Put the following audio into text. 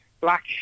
black